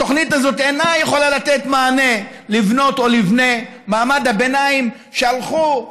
התוכנית הזאת אינה יכולה לתת מענה לבנות או לבני מעמד הביניים שהלכו,